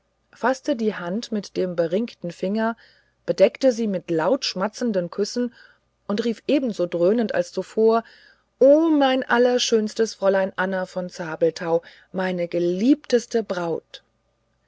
faßte die hand mit dem beringten finger bedeckte sie mit laut schmatzenden küssen und rief ebenso dröhnend als zuvor o mein allerschönstes fräulein anna von zabelthau meine geliebteste braut